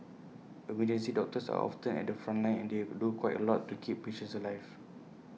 emergency doctors are often at the front line and they do quite A lot to keep patients alive